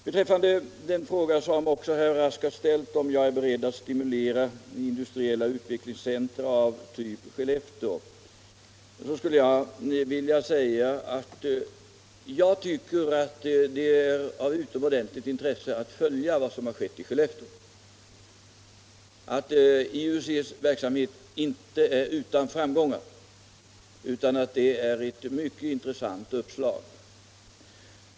Beträffande den fråga som herr Rask ställde om jag är beredd att stimulera industriella utvecklingscentra av typ Skellefteå skulle jag vilja säga att jag tycker att det är av utomordentligt intresse att följa vad som har skett i Skellefteå. IUC:s verksamhet är inte utan framgångar, och den utgör ett mycket intressant uppslag.